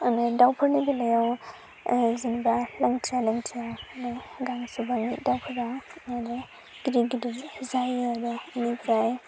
अनेग दावफोरनि बेलायाव जेनबा लांथिया लांथिया दङ गांसुबायनाय दावफोरा आरो गिदिर गिदिर जायो आरो बेनिफ्राय